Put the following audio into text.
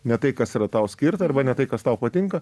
ne tai kas yra tau skirta arba ne tai kas tau patinka